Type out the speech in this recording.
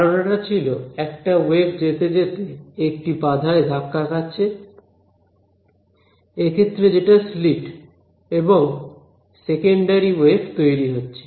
ধারনাটা ছিল একটা ওয়েভ যেতে যেতে একটি বাধায় ধাক্কা খাচ্ছে এক্ষেত্রে যেটা স্লিট এবং সেকেন্ডারি ওয়েভ তৈরি হচ্ছে